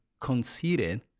conceited